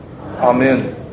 Amen